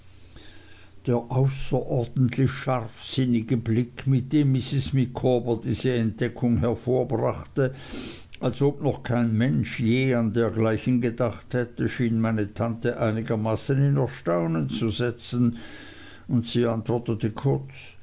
der außerordentlich scharfsinnige blick mit dem mrs micawber diese entdeckung hervorbrachte als ob noch kein mensch je an dergleichen gedacht hätte schien meine tante einigermaßen in erstaunen zu setzen und sie antwortete kurz